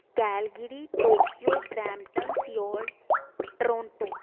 Calgary Tokyo Brampton Seoul Toronto